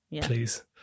please